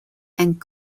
and